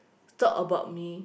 talk about me